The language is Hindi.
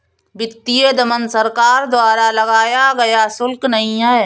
वित्तीय दमन सरकार द्वारा लगाया गया शुल्क नहीं है